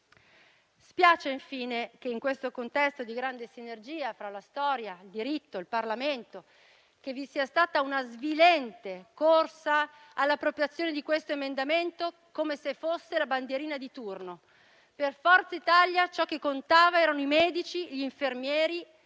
Spiace infine che in questo contesto di grande sinergia fra la storia, il diritto e il Parlamento, vi sia stata una svilente corsa all'appropriazione di questo emendamento come se fosse la bandierina di turno. Per Forza Italia ciò che contava erano i medici, gli infermieri,